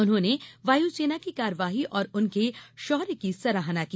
उन्होंने वायुसेना की कार्यवाही और उनके शौर्य की सराहना की